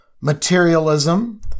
materialism